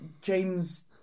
James